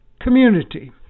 community